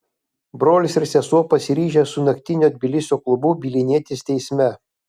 brolis ir sesuo pasiryžę su naktinio tbilisio klubu bylinėtis teisme